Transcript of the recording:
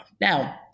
Now